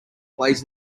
plays